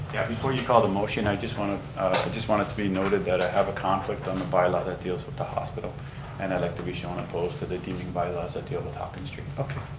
yeah before you call the motion, i just want ah just want it to be noted that i have a conflict on the bylaw that deals with the hospital and i'd like to be shown opposed the deeming bylaws that deal with hopkins street. okay.